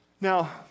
Now